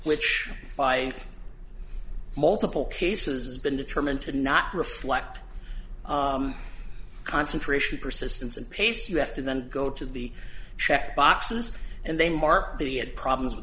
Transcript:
which by multiple cases has been determined to not reflect concentration persistence and pace you have to then go to the check boxes and they mark that he had problems with